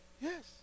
Yes